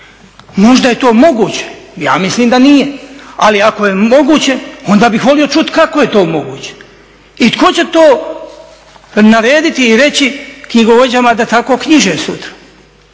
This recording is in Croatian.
Možda je to moguće, ja mislim da nije, ali ako je moguće onda bih volio čuti kako je to moguće i tko će to narediti i reći knjigovođama da tako knjiže sutra.